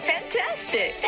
Fantastic